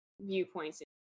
viewpoints